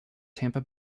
tampa